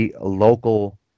local